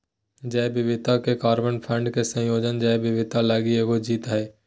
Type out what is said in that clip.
जैव विविधता और कार्बन फंड के संयोजन जैव विविधता लगी एगो जीत हइ